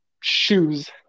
shoes